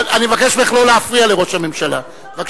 לא מאפשרים לראש הממשלה לסיים